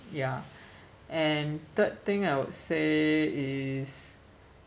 ya and third thing I would say is